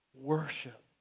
worship